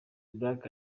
black